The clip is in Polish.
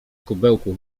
kubełku